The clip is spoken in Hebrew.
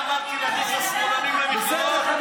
אני אמרתי להכניס את השמאלנים למכלאות?